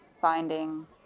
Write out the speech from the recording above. finding